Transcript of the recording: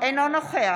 אינו נוכח